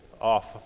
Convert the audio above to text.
off